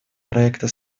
проекта